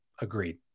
Agreed